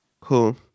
Cool